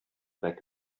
back